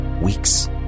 weeks